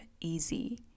easy